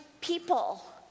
people